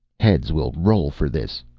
heads will roll for this,